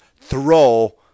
throw